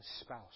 spouse